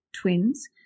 twins